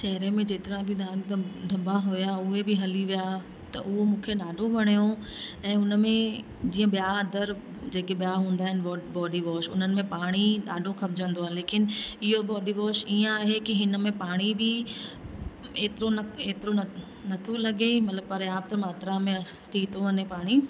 चहिरे में जेतिरा बि दाग धब धॿा हुआ उहे बि हली विया त उहो मूंखे ॾाढो वणियो ऐं हुन में जीअं ॿिया अदर जेके ॿिया हूंदा आहिनि बॉ बॉडी वॉश उन्हनि में पाणी ॾाढो खपिजंदो आहे लेकिन इहो बॉडी वॉश ईअं आहे कि हिन में पाणी बि एतिरो न एतिरो न नथो लॻे मतिलब प्रयाप्त मात्रा में थी थो वञे पाणी